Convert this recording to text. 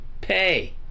pay